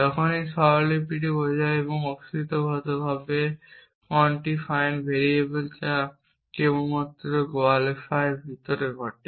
তখন এই স্বরলিপিটি বোঝায় এবং অস্তিত্বগতভাবে কনটিফাইড ভেরিয়েবল যা কেবলমাত্র গোয়েলের ভিতরে ঘটে